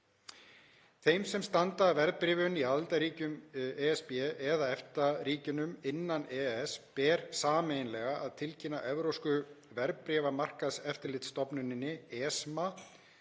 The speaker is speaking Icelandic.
Þeim sem standa að verðbréfun í aðildarríkjum ESB og EFTA-ríkjunum innan EES ber sameiginlega að tilkynna Evrópsku verðbréfamarkaðseftirlitsstofnuninni, ESMA,